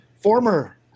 former